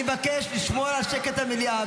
אני מבקש לשמור על שקט במליאה.